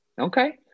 Okay